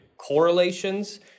correlations